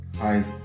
Hi